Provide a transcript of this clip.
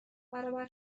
برابر